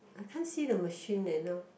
I can't see the machine eh now